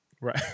right